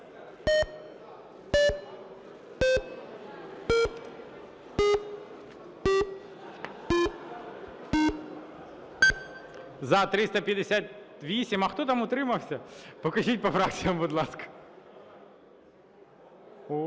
За-358 А хто там утримався? Покажіть по фракціях, будь ласка.